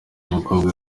mukobwa